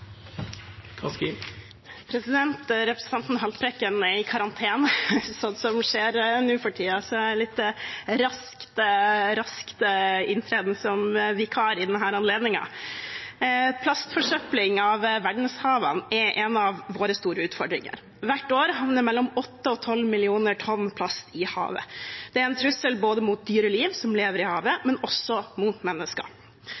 som skjer nå for tiden, så jeg er en litt raskt inntredende vikar i denne anledning. Plastforsøpling av verdenshavene er en av våre store utfordringer. Hvert år havner mellom 8 og 12 millioner tonn plast i havet. Det er en trussel både mot dyrelivet i havet, og mot mennesker. I